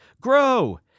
grow